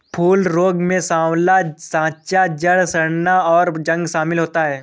फूल रोग में साँवला साँचा, जड़ सड़ना, और जंग शमिल होता है